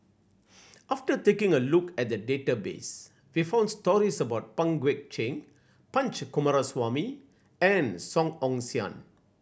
after taking a look at the database we found stories about Pang Guek Cheng Punch Coomaraswamy and Song Ong Siang